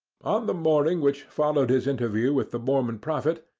on the morning which followed his interview with the mormon prophet,